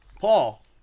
Paul